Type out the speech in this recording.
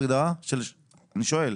אני שואל.